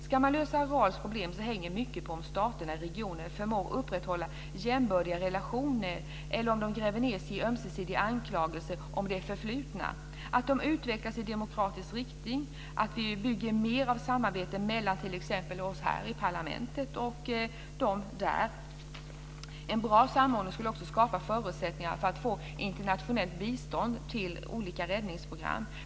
Ska man lösa Arals problem hänger det mycket på om staterna i regionen förmår att upprätthålla jämbördiga relationer eller om de gräver ned sig i ömsesidiga anklagelser om det förflutna, att de utvecklas i demokratisk riktning, att vi bygger mer av samarbete mellan t.ex. oss här och de i parlamentet där. En bra samordning skulle också skapa förutsättningar för att få internationellt bistånd till olika räddningsprogram.